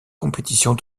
compétitions